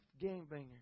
game-banger